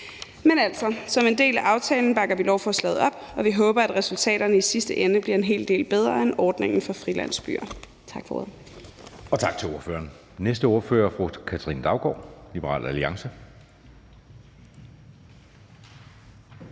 Men altså som en del af aftalen bakker vi lovforslaget op, og vi håber, at resultaterne i sidste ende bliver en hel del bedre end ordningen for frilandsbyer. Tak for ordet. Kl. 12:16 Anden næstformand (Jeppe Søe): Tak til ordføreren. Næste ordfører er fru Katrine Daugaard, Liberal Alliance.